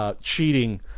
cheating